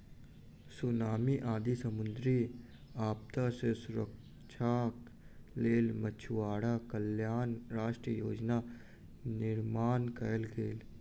tsunami आदि समुद्री आपदा सॅ सुरक्षाक लेल मछुआरा कल्याण राष्ट्रीय योजनाक निर्माण कयल गेल